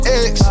ex